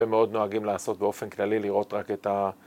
‫הם מאוד נוהגים לעשות באופן כללי, ‫לראות רק את ה...